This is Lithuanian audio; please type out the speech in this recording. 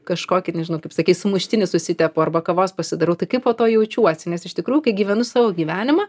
kažkokį nežinau kaip sakei sumuštinį susitepu arba kavos pasidarau tai kaip po to jaučiuosi nes iš tikrųjų kai gyvenu savo gyvenimą